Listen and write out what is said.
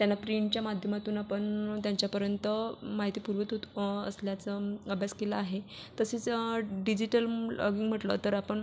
त्यांना प्रिंटच्या माध्यमातून आपण त्यांच्यापर्यंत माहिती पुरवीत त असल्याचा अभ्यास केला आहे तसेच डिजिटल म्हटले तर आपण